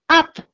up